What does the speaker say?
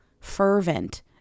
fervent